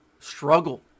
struggle